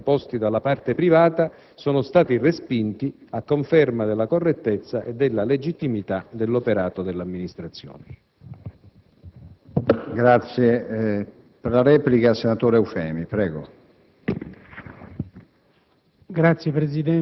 mentre altri cinque appelli proposti dalla parte privata sono stati respinti, a conferma della correttezza e della legittimità dell'operato dell'amministrazione.